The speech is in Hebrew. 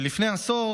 לפני עשור